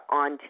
on